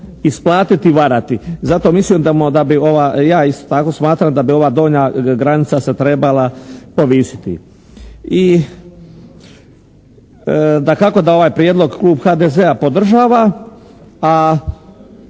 isplatiti varati. Zato mislim da bi, ja isto tako smatram da bi ova doljnja granica se trebala povisiti. I dakako da ovaj prijedlog klub HDZ-a podržava, a